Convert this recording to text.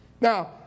Now